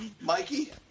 Mikey